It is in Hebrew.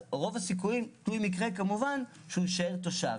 אז רוב הסיכויים הוא שהם יישארו תושבים.